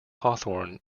hawthorn